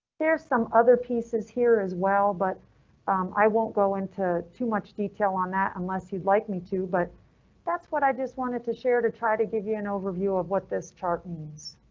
there's some other pieces here as well, but i won't go into too much detail on that unless you'd like me too, but that's what i just wanted to share to try to give you an overview of what this chart means.